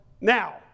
now